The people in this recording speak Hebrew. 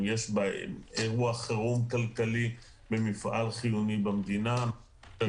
אם יש אירוע חירום כלכלי במפעל חיוני במדינה- --,